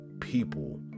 people